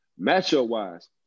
matchup-wise